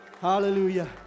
Hallelujah